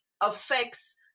affects